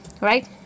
right